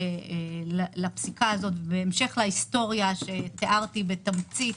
בהמשך להיסטוריה שתיארתי בתמצית,